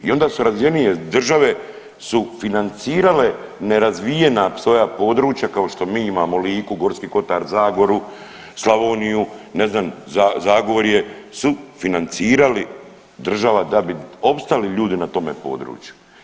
I onda su razvijenije države su financirale nerazvijena svoja područja kao što mi imamo Liku, Gorski kotar, Zagoru, Slavoniju ne znam Zagorje su financirali država da bi opstali ljudi na tome području.